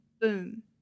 boom